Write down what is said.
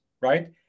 Right